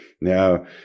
Now